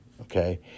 okay